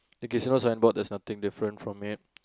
okay so on signboard there's nothing different from it